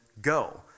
go